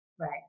right